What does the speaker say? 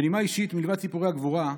בנימה אישית, מלבד סיפורי הגבורה,